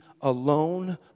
alone